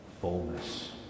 fullness